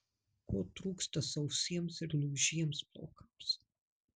ko trūksta sausiems ir lūžiems plaukams